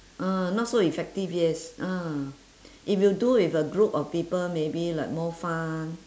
ah not so effective yes ah if you do with a group of people maybe like more fun